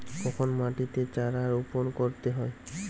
কখন মাটিতে চারা রোপণ করতে হয়?